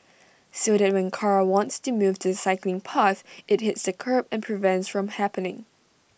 so that when car wants to move to the cycling path IT hits the kerb and prevents from happening